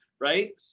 right